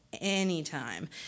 anytime